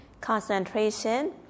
concentration